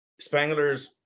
Spangler's